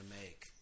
make